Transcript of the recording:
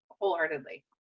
wholeheartedly